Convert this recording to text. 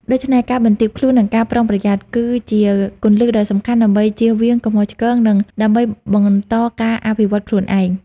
ដូច្នេះ ការបន្ទាបខ្លួន និងការប្រុងប្រយ័ត្ន គឺជាគន្លឹះដ៏សំខាន់ដើម្បីជៀសវាងកំហុសឆ្គង និងដើម្បីបន្តការអភិវឌ្ឍន៍ខ្លួនឯង។